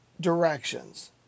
directions